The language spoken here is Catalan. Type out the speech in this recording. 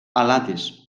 alades